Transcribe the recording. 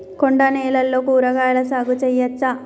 కొండ నేలల్లో కూరగాయల సాగు చేయచ్చా?